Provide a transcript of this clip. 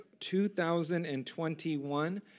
2021